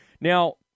Now